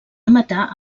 matar